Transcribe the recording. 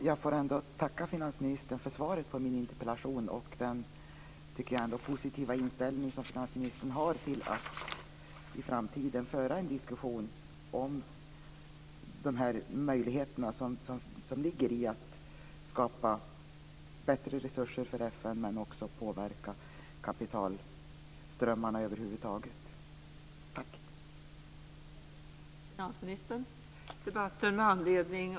Fru talman! Jag tackar finansministern för svaret på min interpellation och för den, som jag ändå tycker, positiva inställning som finansministern har till att i framtiden föra en diskussion om de möjligheter som ligger i att skapa bättre resurser för FN och också påverka kapitalströmmarna över huvud taget. Tack!